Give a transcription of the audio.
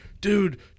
dude